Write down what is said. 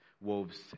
wolves